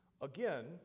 Again